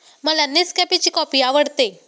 मला नेसकॅफेची कॉफी आवडते